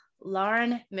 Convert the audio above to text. Lauren